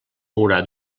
mourà